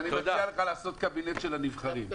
אני מרשה לך לעשות קבינט של הנבחרים.